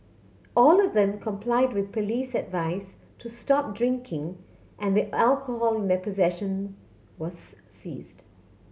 all of them complied with police advice to stop drinking and the alcohol in their possession was seized